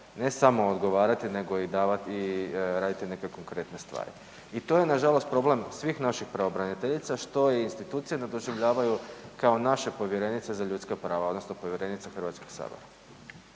ne samo odgovarati nego i davati i raditi neke konkretne stvari. I to je nažalost problem svih naših pravobraniteljica što ih institucije ne doživljavaju kao naše povjerenice za ljudska prava odnosno povjerenice Hrvatskog sabora.